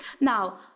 Now